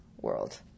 world